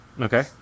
Okay